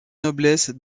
noblesse